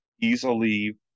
easily